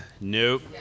Nope